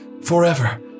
Forever